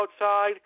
outside